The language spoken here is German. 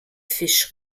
fisch